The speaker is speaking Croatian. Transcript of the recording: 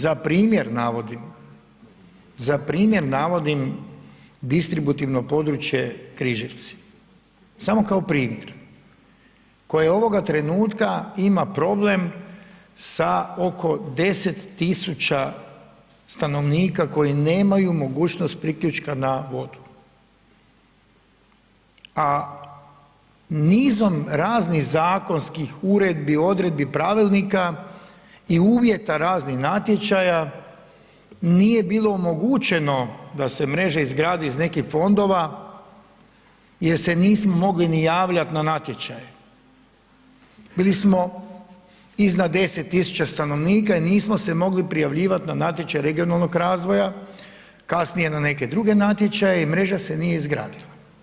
Za primjer navodim, za primjer navodim distributorno područje Križevci, samo kao primjer, koje ovoga trenutka ima problem sa oko 10.000 stanovnika koji nemaju mogućnost priključka na vodu, a nizom raznih zakonskih uredbi, odredbi, pravilnika i uvjeta raznih natječaja nije bilo omogućeno da se mreža izgradi iz nekih fondova jer se nismo mogli ni javljat na natječaj, bili smo iznad 10.000 stanovnika i nismo se mogli prijavljivati na natječaj regionalnog razvoja, kasnije na neke druge natječaje i mreža se nije izgradila.